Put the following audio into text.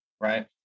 right